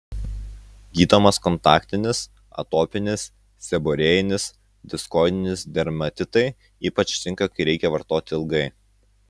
gydomas kontaktinis atopinis seborėjinis diskoidinis dermatitai ypač tinka kai reikia vartoti ilgai